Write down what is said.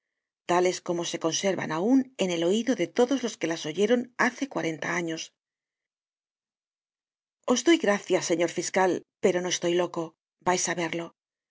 tales como se conservan aun en el oido de todos los que las oyeron hace cuarenta años os doy gracias señor fiscal pero no estoy loco vais á verlo